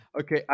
Okay